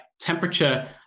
temperature